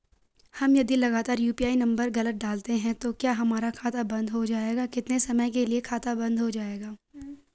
हम यदि लगातार यु.पी.आई नम्बर गलत डालते हैं तो क्या हमारा खाता बन्द हो जाएगा कितने समय के लिए खाता बन्द हो जाएगा?